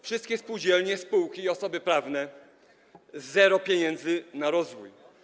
Wszystkie spółdzielnie, spółki i osoby prawne - zero pieniędzy na rozwój.